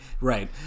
Right